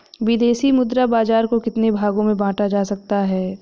विदेशी मुद्रा बाजार को कितने भागों में बांटा जा सकता है?